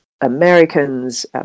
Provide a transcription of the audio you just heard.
Americans